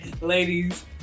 Ladies